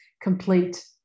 complete